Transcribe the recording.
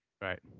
Right